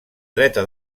dreta